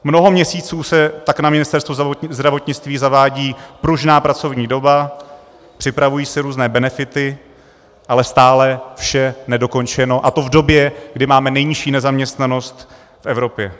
Mnoho měsíců se tak na Ministerstvu zdravotnictví zavádí pružná pracovní doba, připravují se různé benefity, ale stále je vše nedokončeno, a to v době, kdy máme nejnižší nezaměstnanost v Evropě.